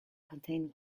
contain